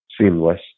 Seamless